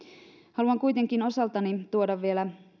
haluan kuitenkin osaltani tuoda vielä